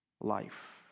life